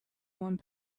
one